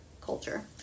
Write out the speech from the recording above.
culture